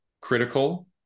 critical